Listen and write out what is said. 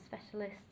specialists